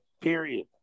period